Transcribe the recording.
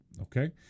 okay